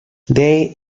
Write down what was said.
they